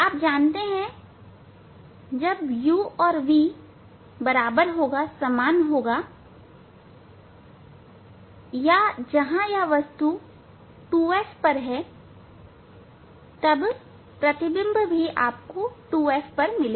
आप जानते हैं जब v u के समान होगा या जहां यह वस्तु 2F पर है तब प्रतिबिंब भी आपको 2F पर मिलेगा